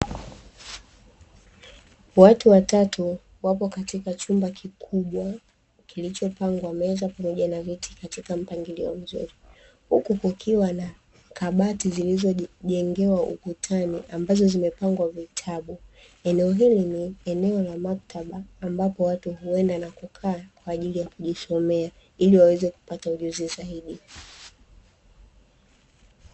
Watu watatu wapo katika chumba kikubwa kilichopangwa meza pamoja na viti katika mpangilio mzuri, huku kukiwa na kabati zilizojengewa ukutani ambazo zimepangwa vitabu. Eneo hili ni eneo la maktaba ambapo watu huenda na kukaa kwa ajili ya kujisomea ili waweze kupata ujuzi zaidi.